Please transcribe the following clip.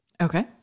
Okay